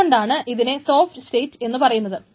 അതുകൊണ്ടാണ് ഇതിനെ soft state എന്നു പറയുന്നത്